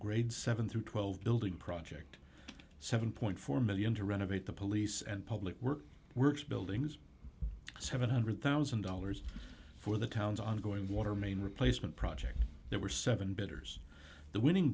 grades seven through twelve building project seven point four million dollars to renovate the police and public works buildings seven hundred thousand dollars for the town's ongoing water main replacement project there were seven bidders the winning